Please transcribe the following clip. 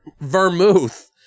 vermouth